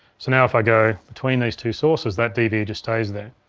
so now if i go between these two sources that dve just stays there,